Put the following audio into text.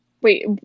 Wait